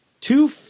Two